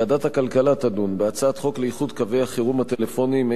ועדת הכלכלה תדון בהצעת חוק לאיחוד קווי החירום הטלפוניים,